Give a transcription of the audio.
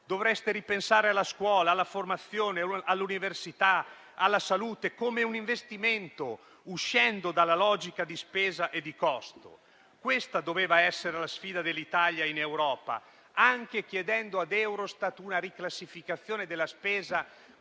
Dovreste pensare alla scuola, alla formazione, all'università, alla salute come un investimento, uscendo dalla logica di spesa e di costo. Questa doveva essere la sfida dell'Italia in Europa, anche chiedendo a Eurostat una riclassificazione della spesa